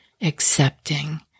accepting